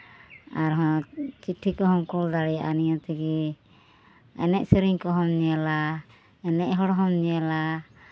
ᱟᱨ ᱦᱚᱸ ᱪᱤᱴᱷᱤ ᱠᱚᱦᱚᱸᱢ ᱠᱩᱞ ᱫᱟᱲᱮᱭᱟᱜᱼᱟ ᱱᱤᱭᱟᱹ ᱛᱮᱜᱮ ᱮᱱᱮᱡ ᱥᱮᱨᱮᱧ ᱠᱚᱦᱚᱸᱢ ᱧᱮᱞᱟ ᱮᱱᱮᱡ ᱦᱚᱲ ᱦᱚᱸᱢ ᱧᱮᱞᱟ